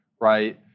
right